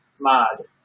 mod